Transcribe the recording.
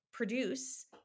produce